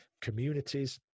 communities